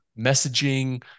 messaging